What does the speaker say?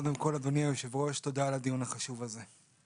אדוני היו"ר, תודה על הדיון החשוב הזה.